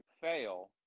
fail